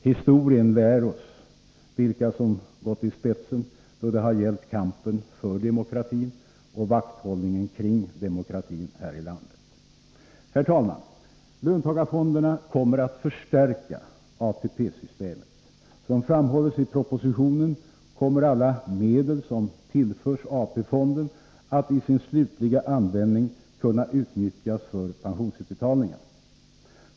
Historien lär oss vilka som gått i spetsen då det gällt kampen för demokratin och vakthållningen kring demokratin här i landet. Herr talman! Löntagarfonderna kommer att förstärka ATP-systemet. Som framhålls i propositionen kommer alla medel som tillförs AP-fonden att i sin slutliga användning kunna utnyttjas för pensionsutbetalningar.